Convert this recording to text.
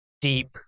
deep